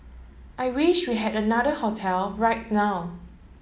I wish we had another hotel right now